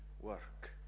work